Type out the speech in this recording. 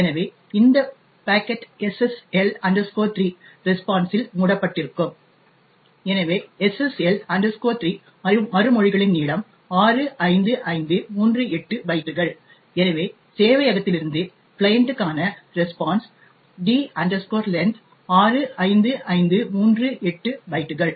எனவே இந்த packet SSL 3 response இல் மூடப்பட்டிருக்கும் எனவே SSL 3 மறுமொழிகளின் நீளம் 65538 பைட்டுகள் எனவே சேவையகத்திலிருந்து கிளையண்டுக்கான ரெஸ்பான்ஸ் d length 65538 பைட்டுகள்